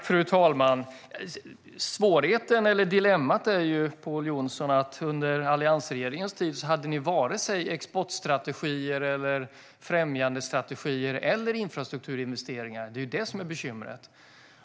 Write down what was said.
Fru talman! Dilemmat är ju, Pål Jonson, att under alliansregeringens tid hade ni varken exportstrategier, främjandestrategier eller infrastrukturinvesteringar. Det är det som är bekymret.